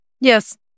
Yes